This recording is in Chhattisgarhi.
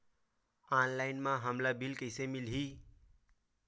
ऑनलाइन म हमला बिल कइसे मिलही?